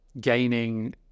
Gaining